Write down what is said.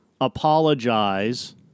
apologize